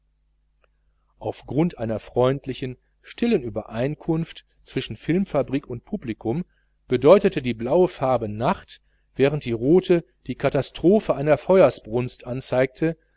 grund einer freundlichen stillen übereinkunft zwischen filmfabrik und publikum bedeutet die blaue farbe nacht während die rote die katastrophe einer feuersbrunst anzeigt